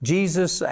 Jesus